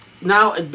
now